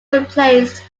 replaced